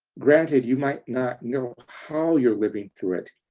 granted, you might not know how you're living through it.